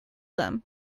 them